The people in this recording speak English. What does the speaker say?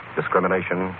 discrimination